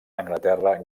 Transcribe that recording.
anglaterra